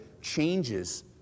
changes